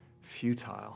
futile